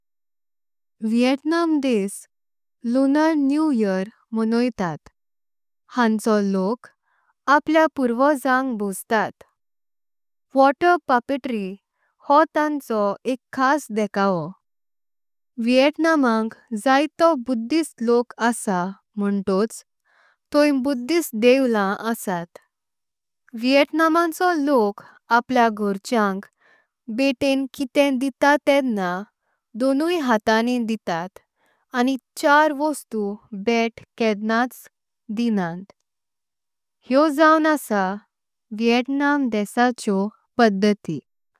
वियतनाम देश lunar new year मणोइतात। हांचो लोक आपलेआ पुर्वॊजांक भोस्तात। वॉटर पपेट्री हो तांचॊ एक खास देखावॊ। वियतनामांक जातो बुद्धिस्ट लोक अस। मॊंतोच थॊय बुधिसट देवळाम असत। वियतनामाचो लोक आपलेअ घॊर्चे अक। भेटें कितेई दितात तेदना दोन्वहातनी। दितात आनी चार वस्तुंची भेट केदनाच दिणांत। हॆॊ जाऊन अस वियतनाम देशाचॆॊ पदती।